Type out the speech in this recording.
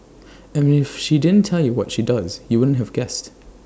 and if she didn't tell you what she does you wouldn't have guessed